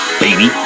baby